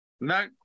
No